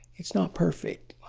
it's not perfect.